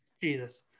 Jesus